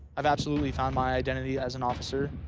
i've absolutely found my identity as an officer.